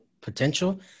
potential